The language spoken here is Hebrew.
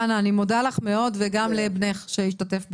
חנה, אני מודה לך מאוד וגם לבנך שהשתתף בשיחה.